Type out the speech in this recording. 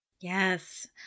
Yes